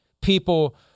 people –